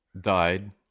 died